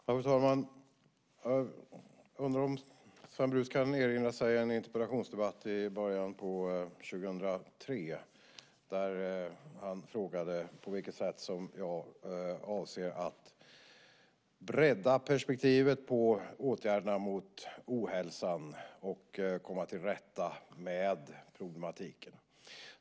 Fru talman! Jag undrar om Sven Brus kan erinra sig en interpellationsdebatt i början av 2003, då han frågade på vilket sätt jag avsåg att bredda perspektivet på åtgärderna mot ohälsan och komma till rätta med problematiken.